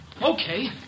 Okay